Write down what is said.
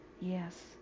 yes